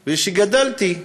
כשגדלתי,